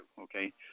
Okay